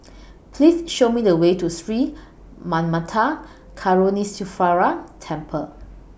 Please Show Me The Way to Sri Manmatha Karuneshvarar Temple